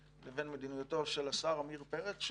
לבין מדיניותו של השר עמיר פרץ,